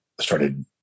started